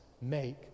make